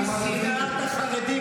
יש מלחמה.